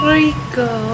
Rico